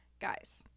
Guys